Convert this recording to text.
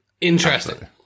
Interesting